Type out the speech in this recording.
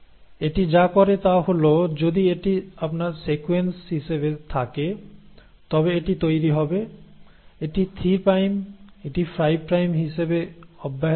এটি যা করে তা হল যদি এটি আপনার সিকোয়েন্স হিসেবে থাকে তবে এটি তৈরি হবে এটি 3 প্রাইম এটি 5 প্রাইম হিসাবে অব্যাহত থাকে